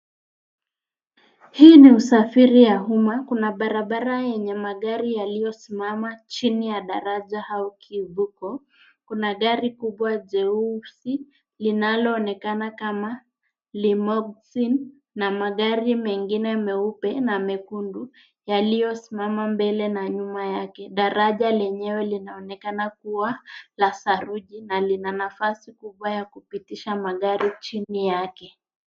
Hii ni usafiri ya umma kuna barabara yenye magari yaliyosimama chini ya daraja au kiubuko. Kuna gari kubwa jeusi linaloonekana kama limousine na magari mengine meupe na mekundu yaliyosimama mbele na nyuma yake. Daraja lenyewe linaonekana kuwa la saruji na lina nafasi kubwa ya kupitisha magari chini yake.